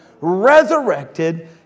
resurrected